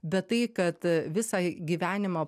bet tai kad visą gyvenimą